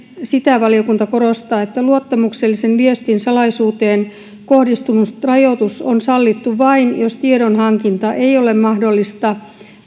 sitä valiokunta korostaa että luottamuksellisen viestin salaisuuteen kohdistunut rajoitus on sallittu vain jos tiedonhankinta ei ole mahdollista